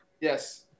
Yes